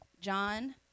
John